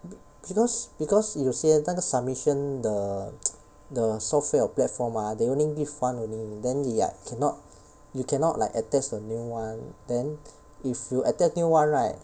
b~ because because 有些那个 submission the the software or platform ah they only give one only then it like cannot you cannot like attach the new one then if you attach new one right